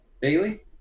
Bailey